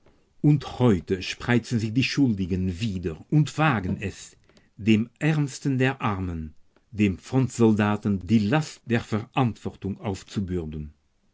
und heute spreizen sich die schuldigen wieder und wagen es dem ärmsten der armen dem frontsoldaten die last der verantwortung aufzubürden